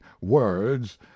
words